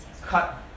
cut